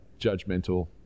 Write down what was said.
judgmental